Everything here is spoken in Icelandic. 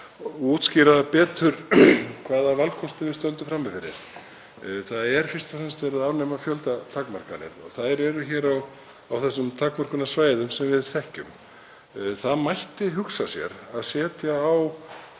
að útskýra betur hvaða valkostum við stöndum frammi fyrir. Það er fyrst og fremst verið að afnema fjöldatakmarkanir og þær eru hér á þessum takmörkunarsvæðum sem við þekkjum. Það mætti hugsa sér að setja á